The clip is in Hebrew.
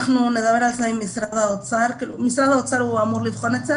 משרד האוצר אמור לבחון את זה,